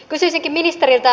kysyisinkin ministeriltä